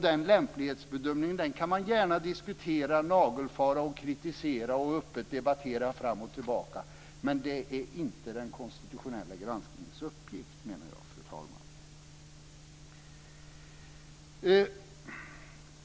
Den lämplighetsbedömningen kan man gärna diskutera, nagelfara, kritisera och öppet debattera fram och tillbaka, men det är inte den konstitutionella granskningens uppgift, menar jag, fru talman.